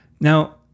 Now